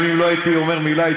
גם אם לא הייתי אומר מילה,